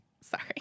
sorry